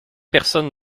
personne